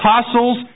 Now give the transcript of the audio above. apostles